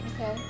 Okay